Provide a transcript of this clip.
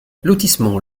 lotissement